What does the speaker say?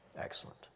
excellent